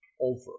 over